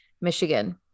Michigan